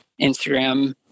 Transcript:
Instagram